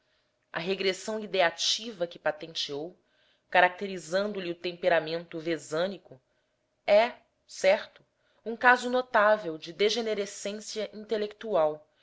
a regressão ideativa que patenteou caracterizando lhe o temperamento vesânico é certo um caso notável de degenerescência intelectual